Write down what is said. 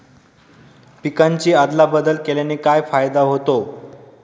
पिकांची अदला बदल केल्याने काय फायदा होतो?